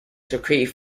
secrete